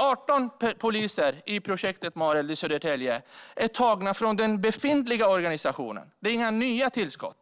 18 poliser i projektet Mareld i Södertälje är tagna från den befintliga organisationen; det är inga nya tillskott.